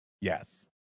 yes